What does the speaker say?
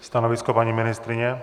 Stanovisko paní ministryně?